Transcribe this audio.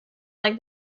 like